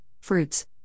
fruits